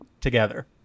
together